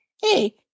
hey